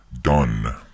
done